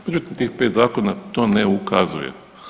Međutim, tih 5 zakona to ne ukazuje.